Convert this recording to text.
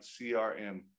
CRM